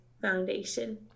foundation